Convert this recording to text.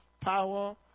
power